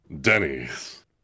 Denny's